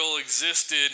existed